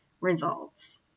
results